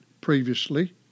previously